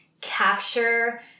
capture